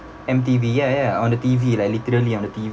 M_T_V ya ya on the T_V like literally on the T_V